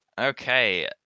Okay